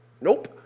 Nope